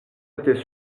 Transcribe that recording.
étais